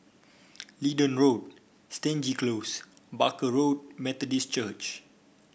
Leedon Road Stangee Close Barker Road Methodist Church